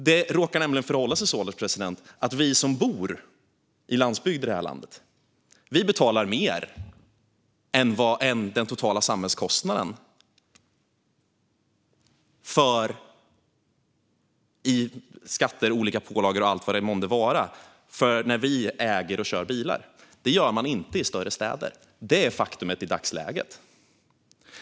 Det råkar nämligen förhålla sig så, herr ålderspresident, att vi som bor på landsbygden i det här landet betalar mer i skatter och olika pålagor när vi äger och kör bilar än den totala samhällskostnaden. Så har man det inte i större städer. Detta är ett faktum i dagsläget.